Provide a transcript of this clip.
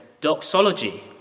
Doxology